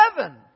Heaven